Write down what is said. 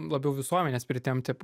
labiau visuomenės pritempti